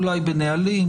אולי בנהלים,